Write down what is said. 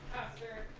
after